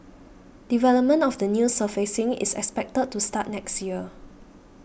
development of the new surfacing is expected to start next year